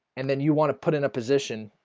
and then you want to put in a position,